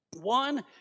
One